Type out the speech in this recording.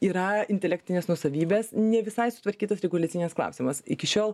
yra intelektinės nuosavybės ne visai sutvarkytas reguliacinis klausimas iki šiol